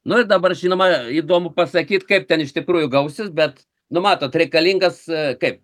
nu ir dabar žinoma įdomu pasakyt kaip ten iš tikrųjų gausis bet nu matot reikalingas kaip